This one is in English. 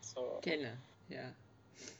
can lah ya